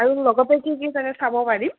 আৰু লগতে কি কি চাব পাৰিম